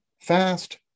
fast